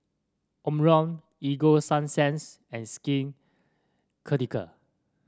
Omron Ego Sunsense and Skin Ceutical